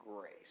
grace